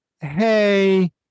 hey